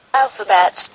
alphabet